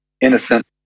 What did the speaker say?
innocent